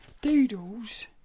doodles